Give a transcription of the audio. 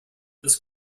this